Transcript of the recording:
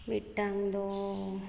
ᱢᱤᱫᱴᱟᱝᱫᱚ